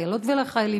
לחיילות ולחיילים,